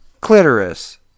clitoris